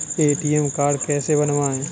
ATM card कैसे बनवाएँ?